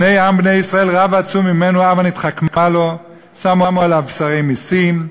הנה עם בני ישראל רב ועצום ממנו הבה נתחכמה לו"; שמו עליו שרי מסים,